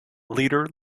leader